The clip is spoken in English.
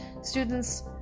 students